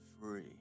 free